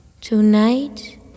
tonight